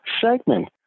segment